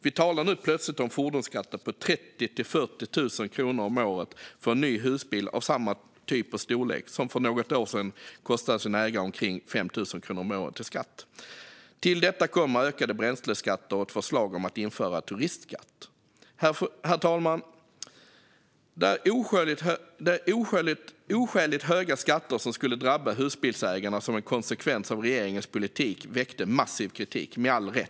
Vi talar nu plötsligt om fordonsskatter på 30 000-40 000 kronor om året för en ny husbil av samma typ och storlek som för något år sedan kostade sina ägare omkring 5 000 kronor om året i skatt. Till detta kommer ökade bränsleskatter och ett förslag om att införa en turistskatt. Herr talman! De oskäligt höga skatter som skulle drabba husbilsägarna som en konsekvens av regeringens politik väckte massiv kritik - med all rätt.